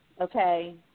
okay